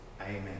Amen